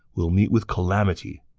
we'll meet with calamity.